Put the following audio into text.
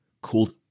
called